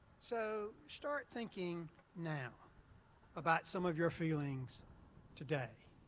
so start thinking now about some of your feelings today.